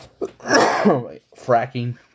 Fracking